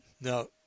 Now